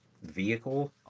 Vehicle